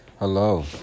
Hello